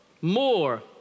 more